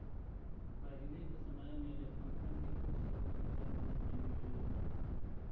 पहिले के समय में लेखांकन के कुछ सबूत हर देश में मिलले हई